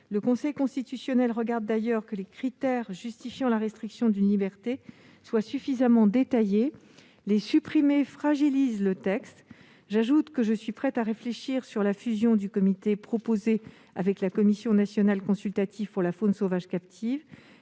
le Conseil constitutionnel s'assure que les critères justifiant la restriction d'une liberté sont suffisamment détaillés. En les supprimant, on fragiliserait le présent texte. J'ajoute que je suis prête à réfléchir à la fusion du comité proposé avec la Commission nationale consultative pour la faune sauvage captive,